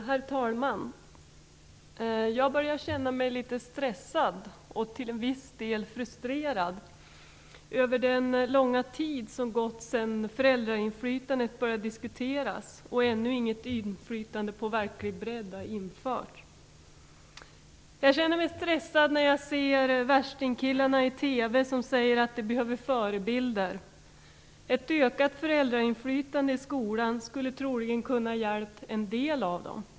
Herr talman! Jag börjar känna mig litet stressad, och till viss del frustrerad, över den långa tid som gått sedan föräldrainflytande började diskuteras och att ännu inget inflytande på verklig bredd har införts. Jag känner mig stressad när jag ser värstingkillarna i TV som säger att de behöver förebilder. Ett ökat föräldrainflytande i skolan skulle troligen ha kunnat hjälpa en del av dem.